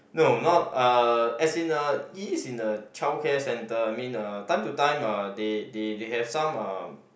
no not uh as in uh it in a child care centre I mean uh time to time uh they they they have some uh